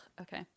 okay